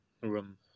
room